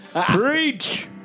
Preach